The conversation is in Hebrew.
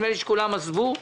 נדמה לי שכולם עזבו.